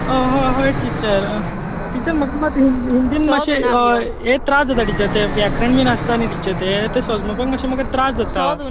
ह हय teacher teacher म्हाका मात हिंदीन मातशें हें त्रास जाता टिचर तें व्याकरण बी आसता न्ही टिचर तें तें समजपाक मातशें म्हाका त्रास जाता